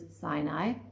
Sinai